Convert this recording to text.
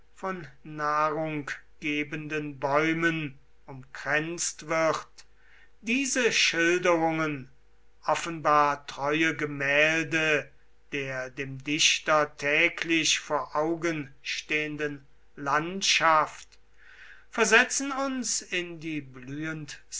von nahrunggebenden bäumen umkränzt wird diese schilderungen offenbar treue gemälde der dem dichter täglich vor augen stehenden landschaft versetzen uns in die